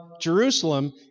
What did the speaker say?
Jerusalem